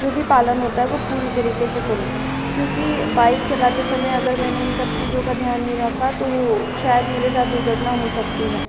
जो भी पालन होता है वो पूरी तरीके से करूँ क्योंकि बाइक चलाते समय अगर मैंने इन सब चीज़ों का ध्यान नहीं रखा तो शायद मेरे साथ दुर्घटना हो सकती है